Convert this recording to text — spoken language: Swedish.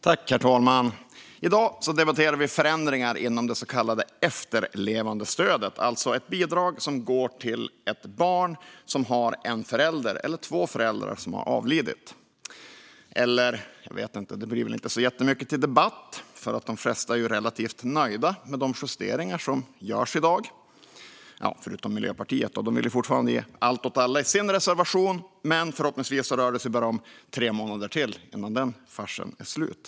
Herr talman! Vi ska nu debattera förändringar inom det så kallade efterlevandestödet, ett bidrag som går till barn med en eller två föräldrar som avlidit. Det blir väl inte så jättemycket till debatt. De flesta är ju relativt nöjda med de justeringar som görs i dag - förutom Miljöpartiet, som i sin reservation fortfarande vill ge allt åt alla. Men förhoppningsvis rör det sig bara om tre månader till innan den farsen är slut.